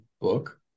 book